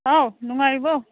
ꯍꯥꯎ ꯅꯨꯡꯉꯥꯏꯔꯤꯕꯣ